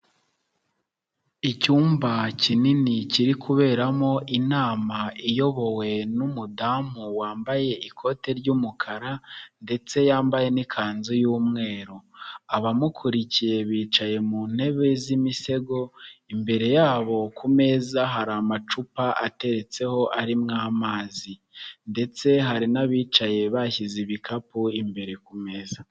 Icyumba kinini kiri kuberamo inama iyobowe n'umudamu wambaye ikoti ry'umukara ndetse yambaye n'ikanzu y'umweru, abamukurikiye bicaye mu ntebe z'imisego, imbere yabo ku meza hari amacupa ateretseho arimo amazi ndetse hari n'abicaye bashyize ibikapu imbere ku meza.